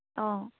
অঁ